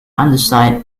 underside